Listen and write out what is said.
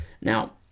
Now